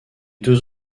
deux